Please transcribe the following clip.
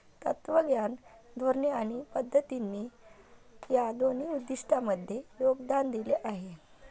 तत्त्वज्ञान, धोरणे आणि पद्धतींनी या उद्दिष्टांमध्ये योगदान दिले आहे